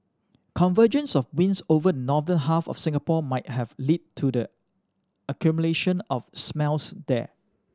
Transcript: convergence of winds over the northern half of Singapore might have led to the accumulation of smells there